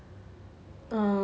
um